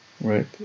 right